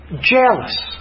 Jealous